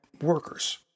workers